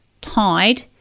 tied